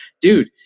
dude